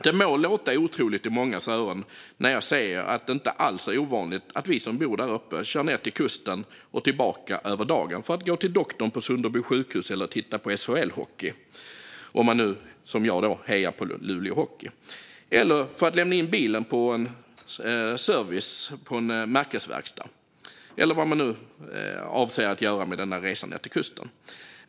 Det må låta otroligt i mångas öron när jag säger att det inte alls är ovanligt att vi som bor där uppe kör ned till kusten och tillbaka över dagen för att gå till doktorn på Sunderby sjukhus, för att titta på SHL-hockey, om man som jag hejar på Luleå Hockey, för att lämna in bilen för service på en märkesverkstad eller vad vi nu avser att göra. Fru talman!